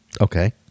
okay